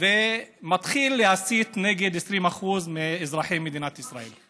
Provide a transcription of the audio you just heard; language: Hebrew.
ומתחיל להסית נגד 20% מאזרחי מדינת ישראל.